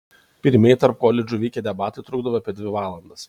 pirmieji tarp koledžų vykę debatai trukdavo apie dvi valandas